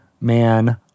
man